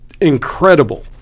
incredible